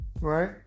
right